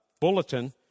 bulletin